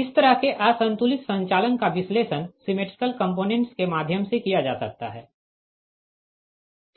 इस तरह के असंतुलित संचालन का विश्लेषण सिमेट्रिकल कंपोनेंट्स के माध्यम से किया जा सकता है